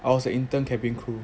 I was an intern cabin crew